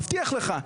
מבטיח לך.